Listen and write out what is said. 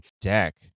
Deck